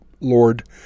Lord